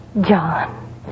John